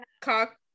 cock